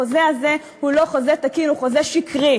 החוזה הוא הזה הוא לא חוזה תקין, הוא חוזה שקרי,